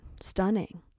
stunning